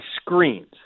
screens